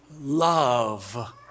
love